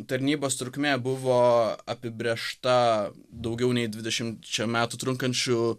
tarnybos trukmė buvo apibrėžta daugiau nei dvidešimčia metų trunkančiu